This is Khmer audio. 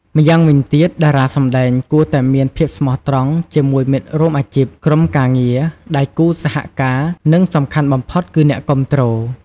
ម្យ៉ាងវិញទៀតតារាសម្ដែងគួរតែមាន ភាពស្មោះត្រង់ ជាមួយមិត្តរួមអាជីព ក្រុមការងារ ដៃគូសហការ និងសំខាន់បំផុតគឺ អ្នកគាំទ្រ។